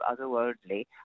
otherworldly